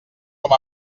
com